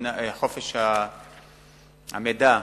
בחופש המידע,